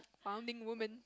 founding women